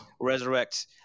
Resurrect